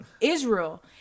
israel